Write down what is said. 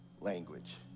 language